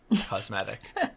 cosmetic